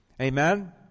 Amen